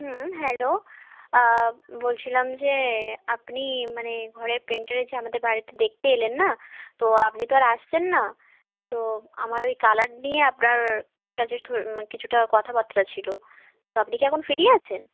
হুম hello বলছিলাম যে আপনি মানে ঘরের পেন্টারের যে আমাদের বাড়িতে দেখতে এলেন না তো আপনি তো আর আসছেন না তো আমার ওই কালার নিয়ে আপনার কাছে একটু কিছুটা কথাবার্তা ছিলো তো আপনি কি এখন ফ্রি আছেন